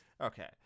Okay